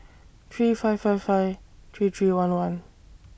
three five five five three three one one